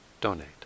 donate